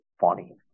funny